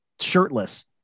shirtless